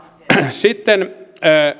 sitten